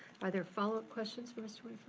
are there follow-up questions for mr.